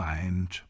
Mind